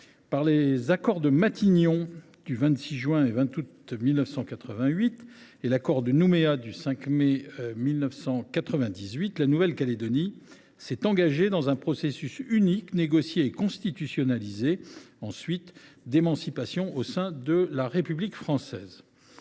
par les accords de Matignon du 26 juin et du 20 août 1988 et l’accord de Nouméa du 5 mai 1998, la Nouvelle Calédonie s’est engagée dans un processus unique, négocié et ensuite constitutionnalisé, d’émancipation au sein de la République française.